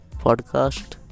podcast